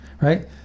right